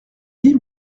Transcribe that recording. dit